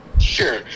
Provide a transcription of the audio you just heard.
Sure